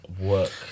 Work